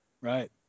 Right